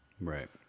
Right